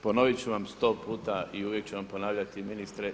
Ponovit ću vam 100 puta i uvijek ću vam ponavljati ministre.